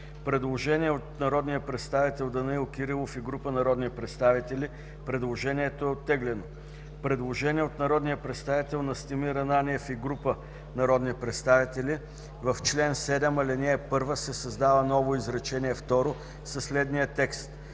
Предложение от народния представител Данаил Кирилов и група народни представители. Предложението е оттеглено. Предложение от народния представител Настимир Ананиев и група народни представители: „В чл. 7, ал. 1 се създава ново изречение второ със следния текст: